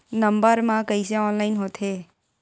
Number मा कइसे online होथे?